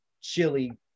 Chili